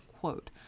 quote